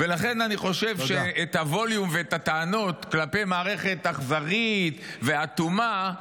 ולכן אני חושב שאת הווליום ואת הטענות כלפי מערכת אכזרית ואטומה,